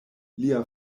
lia